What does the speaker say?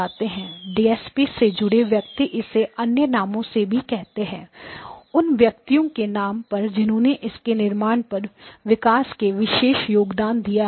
DPS से जुड़े व्यक्ति इसे अन्य नामों से भी करते हैं उन व्यक्तियों के नाम पर जिन्होंने इसके निर्माण और विकास में विशेष योगदान दिया है